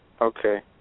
Okay